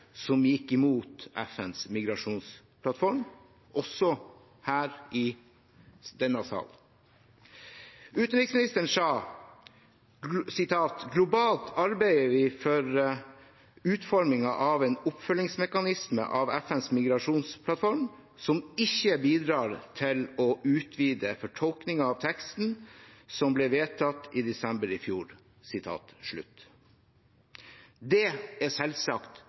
som gikk imot FNs migrasjonsplattform, også her i denne salen. Utenriksministeren sa: «Globalt arbeider vi for utformingen av en oppfølgingsmekanisme av FNs migrasjonsplattform som ikke bidrar til å utvide fortolkingen av teksten som ble vedtatt i desember i fjor.» Det er selvsagt